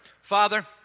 Father